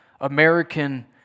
American